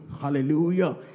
hallelujah